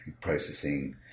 processing